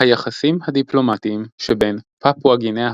היחסים הדיפלומטיים שבין פפואה גינאה